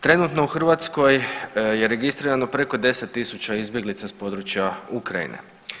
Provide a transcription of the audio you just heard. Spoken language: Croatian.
Trenutno u Hrvatskoj je registrirano preko 10.000 izbjeglica s područja Ukrajine.